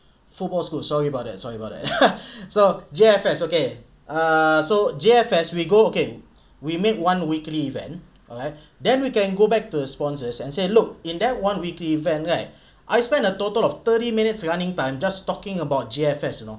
football school sorry about that sorry about that so J_F_S okay err so J_F_S we go okay we make one weekly event alright then we can go back to the sponsors and say look in that one weekly event right I spent a total of thirty minutes running time just talking about J_F_S you know